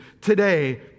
today